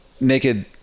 naked